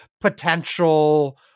potential